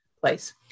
place